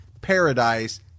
Paradise